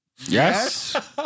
Yes